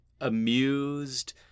amused